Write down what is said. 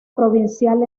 provincial